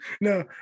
no